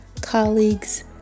colleagues